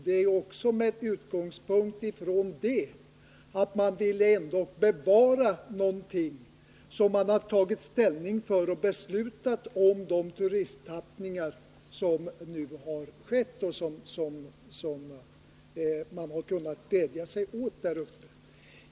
Det är ju också med utgångspunkt i att man ändå ville bevara någonting som man har tagit ställning för och beslutat om de turisttappningar som nu har skett och som man har kunnat glädja sig åt där uppe.